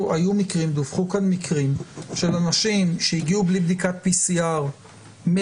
דווחו כאן על מקרים שאנשים הגיעו בלי בדיקת PCR מאוקראינה,